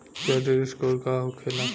Credit score का होखेला?